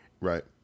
Right